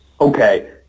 okay